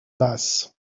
basse